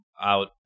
out